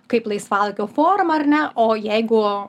kaip laisvalaikio forma ar ne o jeigu